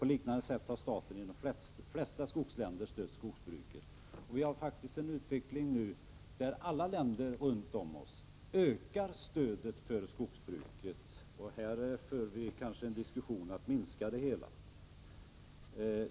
På liknande sätt har staten i de flesta skogsländer stött skogsbruket. Alla länder runt om oss ökar faktiskt stödet till skogsbruket, medan vi här för en diskussion om att kanske minska det.